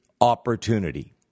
opportunity